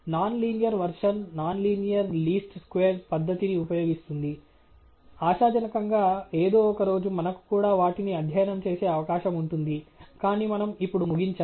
non linear version non linear least square పద్ధతిని ఉపయోగిస్తుంది ఆశాజనకంగా ఏదో ఒక రోజు మనకు కూడా వాటిని అధ్యయనం చేసే అవకాశం ఉంటుంది కానీ మనం ఇప్పుడు ముగించాలి